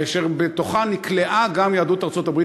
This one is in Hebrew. אשר בתוכו נקלעה גם יהדות ארצות-הברית